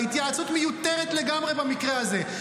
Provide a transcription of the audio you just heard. ההתייעצות מיותרת לגמרי במקרה הזה.